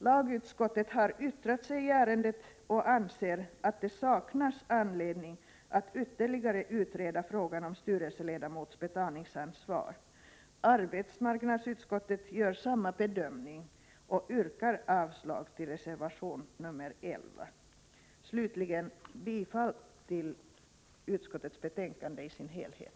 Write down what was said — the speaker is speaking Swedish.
Lagutskottet har yttrat sig i ärendet och anser att det saknas anledning att ytterligare utreda frågan om styrelseledamots betalningsansvar. Arbetsmarknadsutskottet gör samma bedömning och yrkar avslag på reservation 11. Slutligen vill jag yrka bifall till utskottets hemställan i dess helhet.